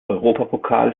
europapokal